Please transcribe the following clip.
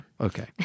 Okay